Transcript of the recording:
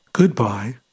Goodbye